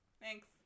Thanks